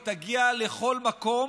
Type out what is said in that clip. היא תגיע לכל מקום,